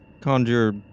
conjure